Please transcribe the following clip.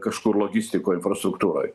kažkur logistikoj infrastruktūroj